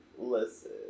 Listen